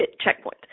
checkpoint